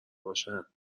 باشن